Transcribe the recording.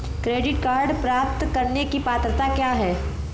Credit card प्राप्त करने की पात्रता क्या है?